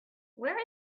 where